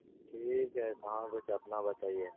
ٹھیک ہے کہاں کچھ اپنا بتائیے